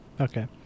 Okay